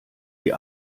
die